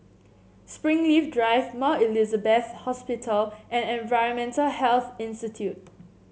Springleaf Drive Mount Elizabeth Hospital and Environmental Health Institute